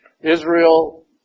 Israel